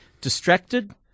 distracted